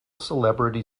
celebrity